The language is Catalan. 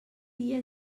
dia